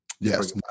yes